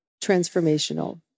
transformational